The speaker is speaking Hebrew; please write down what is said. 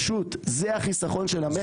זה החיסכון של המשק.